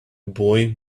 boy